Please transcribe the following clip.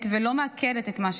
ולא מעכלת את מה שקורה.